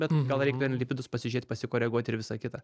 bet gal reikia bent lipidus pasižiūrėt pasikoreguot ir visa kita